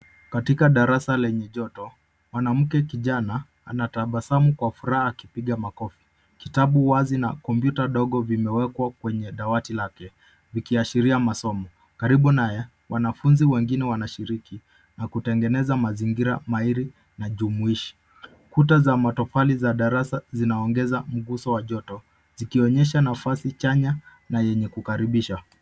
Katika darasa lenye joto mwanamke kijana anatabasamu kwa furaha akipiga makofi. Kitabu wazi na kompyuta dogo vimewekwa kwenye dawati lake vikiashiria masomo. Karibu naye, wanafunzi wengine wanashiriki na kutengeneza mazingira maili na jumuishi. Kuta za matofali za darasa zinaongeza mguso wa joto zikionyesha nafasi chanya na yenye kukaribisha.